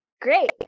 Great